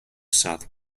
south